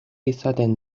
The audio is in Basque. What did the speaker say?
izaten